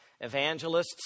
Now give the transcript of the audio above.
evangelists